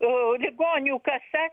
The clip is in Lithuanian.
o ligonių kasa